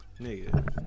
Nigga